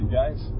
guys